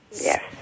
Yes